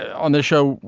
on the show,